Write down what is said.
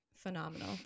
phenomenal